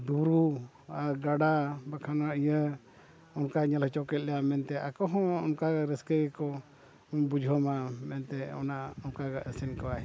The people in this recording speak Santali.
ᱵᱩᱨᱩ ᱟᱨ ᱜᱟᱰᱟ ᱵᱟᱠᱷᱟᱱᱟ ᱱᱚᱣᱟ ᱤᱭᱟᱹ ᱚᱱᱠᱟ ᱧᱮᱞ ᱦᱚᱪᱚ ᱠᱮᱫ ᱞᱮᱭᱟ ᱢᱮᱱᱛᱮ ᱟᱠᱚ ᱦᱚᱸ ᱚᱱᱠᱟ ᱨᱟᱹᱥᱠᱟᱹ ᱜᱮᱠᱚ ᱵᱩᱡᱷᱟᱹᱣ ᱢᱟ ᱢᱮᱱᱛᱮ ᱚᱱᱟ ᱚᱱᱠᱟ ᱜᱮ ᱟᱥᱮᱱ ᱠᱚᱣᱟᱭ